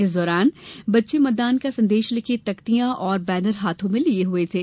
इस दौरान बच्चे मतदान का संदेश लिखी तख्तियां और बैनर हाथों में लिये हुए थे